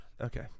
Okay